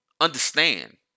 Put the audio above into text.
understand